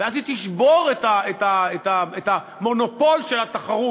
ואז היא תשבור את "המונופול של התחרות".